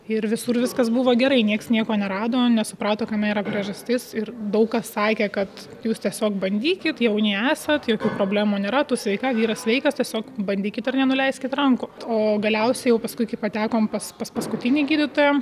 ir visur viskas buvo gerai nieks nieko nerado nesuprato kame yra priežastis ir daug kas sakė kad jūs tiesiog bandykit jauni esat jokių problemų nėra tu sveika vyras sveikas tiesiog bandykit nenuleiskit rankų o galiausiai jau paskui kai patekom pas pas pas paskutinį gydytoją